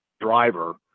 driver